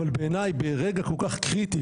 אבל בעיניי ברגע כל כך קריטי,